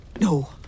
No